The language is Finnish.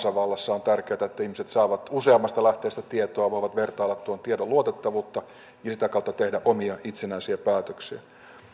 tärkeä asia kansanvallassa on tärkeätä että ihmiset saavat useammasta lähteestä tietoa voivat vertailla tuon tiedon luotettavuutta ja sitä kautta tehdä omia itsenäisiä päätöksiä